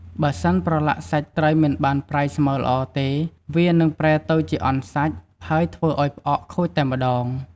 បើសិនប្រឡាក់សាច់ត្រីមិនបានប្រៃស្មើល្អទេ វានឹងប្រែទៅជាអន់សាច់ ហើយធ្វើឱ្យផ្អកខូចតែម្ដង។